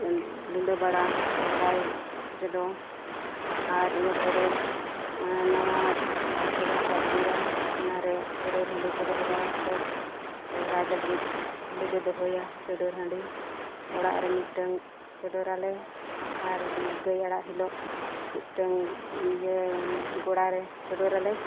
ᱞᱩᱰᱟᱹ ᱵᱟᱲᱟ ᱥᱚᱦᱨᱟᱭ ᱨᱮᱫᱚ ᱟᱨ ᱤᱱᱟᱹ ᱯᱚᱨᱮ ᱱᱟᱣᱟ ᱴᱩᱠᱩᱡ ᱠᱚᱞᱮ ᱦᱟᱛᱟᱣ ᱟᱹᱜᱩᱭᱟ ᱚᱱᱟᱨᱮ ᱪᱚᱰᱚᱨ ᱦᱟᱺᱰᱤ ᱠᱚ ᱫᱚᱦᱚ ᱵᱟᱲᱟ ᱠᱟᱛᱮ ᱥᱚᱦᱨᱟᱭ ᱞᱟᱹᱜᱤᱫ ᱦᱟᱺᱰᱤ ᱞᱮ ᱫᱚᱦᱚᱭᱟ ᱪᱚᱰᱚᱨ ᱦᱟᱺᱰᱤ ᱚᱲᱟᱜ ᱨᱮ ᱢᱤᱫᱴᱟᱝ ᱪᱚᱰᱚᱨᱟᱞᱮ ᱟᱨ ᱜᱟᱹᱭ ᱟᱲᱟᱜ ᱦᱤᱞᱳᱜ ᱢᱤᱫᱴᱟᱹᱝ ᱤᱭᱟᱹ ᱜᱳᱲᱟ ᱨᱮ ᱪᱚᱰᱚᱨᱟᱞᱮ